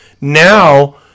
now